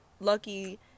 lucky